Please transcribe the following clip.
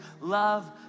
Love